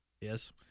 Yes